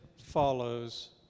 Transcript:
follows